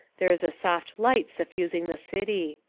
there is a soft light suffusing the city.